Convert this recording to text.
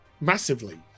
massively